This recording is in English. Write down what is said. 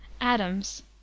Adams